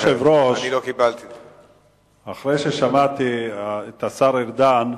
אדוני היושב-ראש, אחרי ששמעתי את השר ארדן,